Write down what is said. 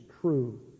true